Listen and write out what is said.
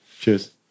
Cheers